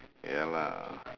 ya lah